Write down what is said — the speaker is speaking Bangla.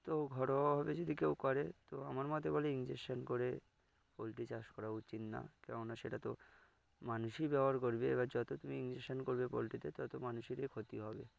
তো ঘরোয়া হবে যদি কেউ করে তো আমার মতে বলে ইনজেকশান করে পোলট্রী চাষ করা উচিত না কেননা সেটা তো মানুষই ব্যবহার করবে এবার যত তুমি ইনজেকশান করবে পোলট্রীতে তত মানুষেরই ক্ষতি হবে